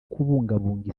kubungabunga